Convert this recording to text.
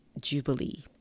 Jubilee